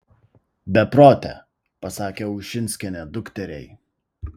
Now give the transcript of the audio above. beprote pasakė ušinskienė dukteriai